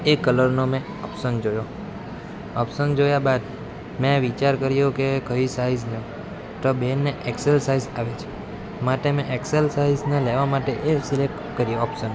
એ કલરનો મેં ઓપ્શન જોયો ઓપ્શન જોયા બાદ મેં વિચાર કર્યો કે કઈ સાઇઝ લઉં તો બહેનને એક્સએલ સાઇઝ આવે છે માટે મેં એક્સએલ સાઇઝને લેવા માટે એ સિલેક્ટ કર્યો ઓપ્શન